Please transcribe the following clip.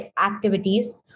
activities